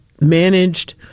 managed